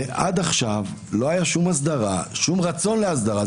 עד עכשיו לא הייתה שום הסדרה, שום רצון להסדרה.